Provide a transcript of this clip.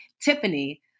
Tiffany